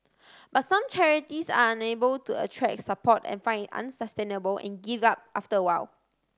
but some charities are unable to attract support and find it unsustainable and give up after a while